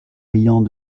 riant